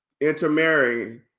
intermarrying